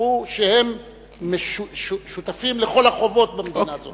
אמרו שהם שותפים לכל החובות במדינה הזו.